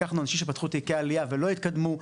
לקחנו אנשים שפתחו תיקי עלייה ולא התקדמו,